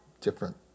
different